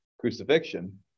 crucifixion